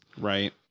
right